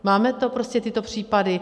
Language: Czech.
Máme prostě tyto případy.